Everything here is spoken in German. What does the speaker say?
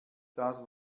das